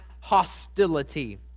hostility